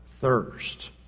thirst